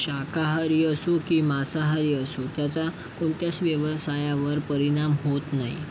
शाकाहारी असो की मांसाहारी असो त्याचा कोणत्याच व्यवसायावर परिणाम होत नाही